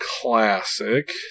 Classic